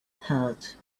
heart